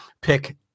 pick